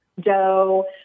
dough